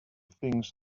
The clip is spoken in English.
things